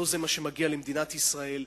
לא זה מה שמגיע למדינת ישראל,